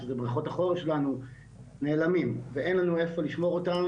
שאלו בריכות החורש שלנו נעלמים ואין לנו איפה לשמור אותם